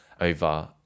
over